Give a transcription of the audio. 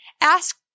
ask